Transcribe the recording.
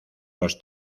los